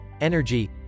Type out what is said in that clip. energy